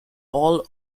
all